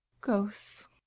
Ghosts